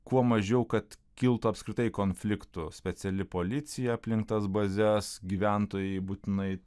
kuo mažiau kad kiltų apskritai konfliktų speciali policija aplink tas bazes gyventojai būtinai